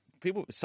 people